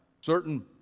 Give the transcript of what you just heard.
Certain